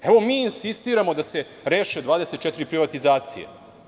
Evo mi insistiramo da se reše 24 privatizacije.